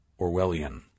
Orwellian